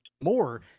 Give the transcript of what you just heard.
more